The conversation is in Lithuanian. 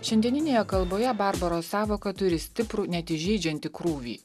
šiandieninėje kalboje barbaro sąvoka turi stiprų net įžeidžiantį krūvį